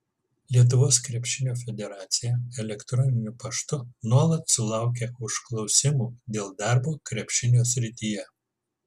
lietuvos krepšinio federacija elektroniniu paštu nuolat sulaukia užklausimų dėl darbo krepšinio srityje